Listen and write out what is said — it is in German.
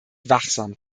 wachsam